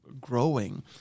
growing